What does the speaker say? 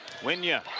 wynja.